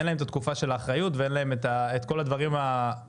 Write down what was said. אין להם את התקופה של האחריות ואין להם את כל הדברים הללו.